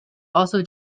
also